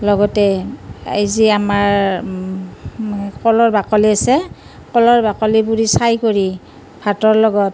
লগতে এই যে আমাৰ কলৰ বাকলি আছে কলৰ বাকলি পুৰি চাই কৰি ভাতৰ লগত